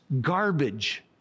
garbage